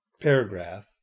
paragraph